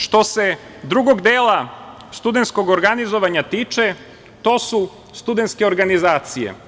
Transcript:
Što se drugog dela studentskog organizovanja tiče, to su studentske organizacije.